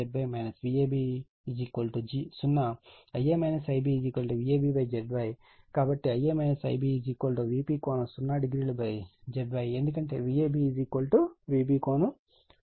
కాబట్టి Ia Ib Vp ∠00 ZY ఎందుకంటే Vab Vp ∠00 ZY Ia Ib Vp ∠00 ZY VL ∠00 ZY